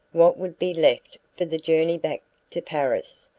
what would be left for the journey back to paris,